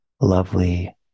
lovely